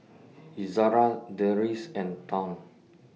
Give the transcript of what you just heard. Izara Deris and Daud